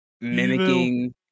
mimicking